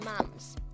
mum's